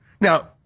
Now